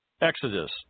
Exodus